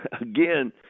Again